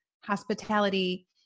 hospitality